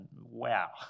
Wow